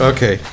Okay